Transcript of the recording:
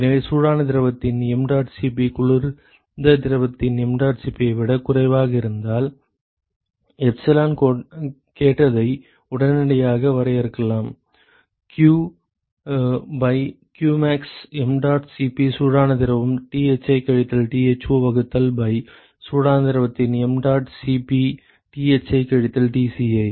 எனவே சூடான திரவத்தின் mdot Cp குளிர்ந்த திரவத்தின் mdot Cp ஐ விடக் குறைவாக இருந்தால் எப்சிலான் கேட்டதை உடனடியாக வரையறுக்கலாம் q by qmax mdot Cp சூடான திரவம் Thi கழித்தல் Tho வகுத்தல் பை சூடான திரவத்தின் mdot Cp Thi கழித்தல் Tci